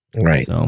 Right